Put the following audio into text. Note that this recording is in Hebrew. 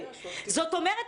זאת אומרת,